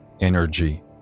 energy